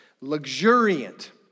luxuriant